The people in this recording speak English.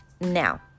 Now